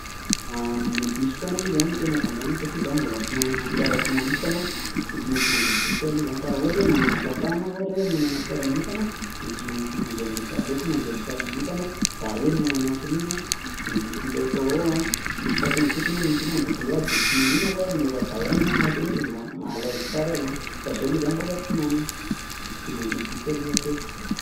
Mandeha bus foana aloha zany no tena fandehanako satria za mbola tsy manana ny fiarako manokana de tsy maintsy mandeha bus aloha zany, fa raha ohatra hoe manana fahafahana ohatra hoe manana fiara manokana de tsy maintsy mandeha am'le fia- aleoko mandeha am'fiara manokana, za rery ny anatin'iny de zay tiako atao ao a fa saingy kotsiny misy le hoe embouteillages de tsy maninona fa mba efa za ihany ny ao anatiny ao de ma- ma- à l'aise tsara aho zany, fa zao loha zany mbola tsy manana, de mandeha bus aloha hatreto.